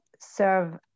serve